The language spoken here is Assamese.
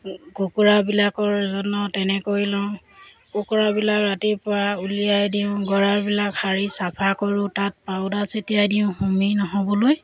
কুকুৰাবিলাকৰ যত্নও তেনেকৈ লওঁ কুকুৰাবিলাক ৰাতিপুৱা উলিয়াই দিওঁ গঁৰালবিলাক সাৰি চাফা কৰোঁ তাত পাউদাৰ ছটিয়াই দিওঁ হুমি নহ'বলৈ